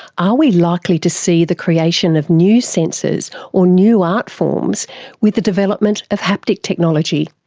are we likely to see the creation of new sensors or new art forms with the development of haptic technology?